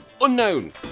Unknown